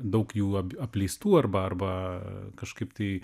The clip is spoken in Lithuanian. daug jų apleistų arba arba kažkaip tai